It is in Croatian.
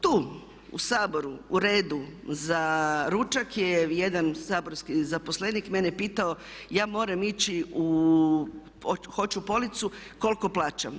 Tu u Saboru, u redu za ručak je jedan saborski zaposlenik mene pitao ja moram ići u, hoću policu koliko plaćam.